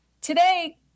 Today